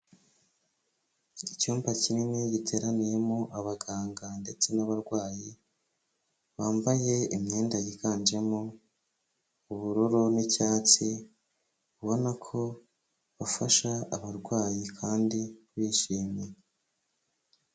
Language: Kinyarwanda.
Icyumba kinini giteraniyemo abaganga ndetse n'abarwayi, bambaye imyenda yiganjemo ubururu n'icyatsi, ubona ko bafasha abarwayi, kandi bishimye.